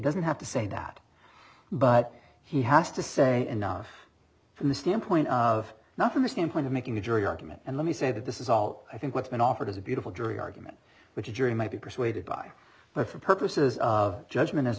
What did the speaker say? doesn't have to say that but he has to say enough from the standpoint of now from the standpoint of making the jury argument and let me say that this is all i think what's been offered is a beautiful jury argument which a jury might be persuaded by but for purposes of judgment as a